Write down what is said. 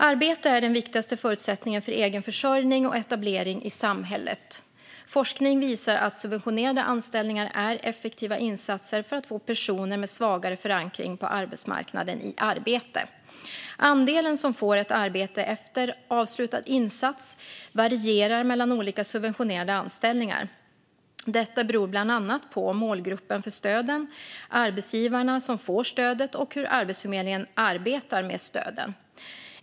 Arbete är den viktigaste förutsättningen för egen försörjning och etablering i samhället. Forskning visar att subventionerade anställningar är effektiva insatser för att få personer med svagare förankring på arbetsmarknaden i arbete. Andelen som får ett arbete efter avslutad insats varierar mellan olika subventionerade anställningar. Detta beror bland annat på målgruppen för stöden, arbetsgivarna som får stödet och hur Arbetsförmedlingen arbetar med stöden.